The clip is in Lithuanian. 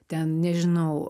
ten nežinau